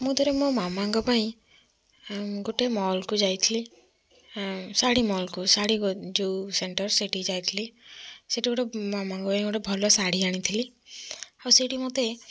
ମୁଁ ଥରେ ମୋ ମାମାଙ୍କ ପାଇଁ ମୁଁ ଗୋଟେ ମଲ୍କୁ ଯାଇଥିଲି ଶାଢ଼ୀ ମଲ୍କୁ ଶାଢ଼ୀ ଗୋ ଯୋଉ ସେଣ୍ଟର୍ ସେଇଠିକି ଯାଇଥିଲି ସେଠି ଗୋଟେ ମାମାଙ୍କ ପାଇଁ ଗୋଟେ ଭଲ ଶାଢ଼ୀ ଆଣିଥିଲି ଆଉ ସେଇଠି ମୋତେ